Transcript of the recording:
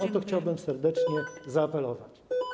O to chciałbym serdecznie zaapelować.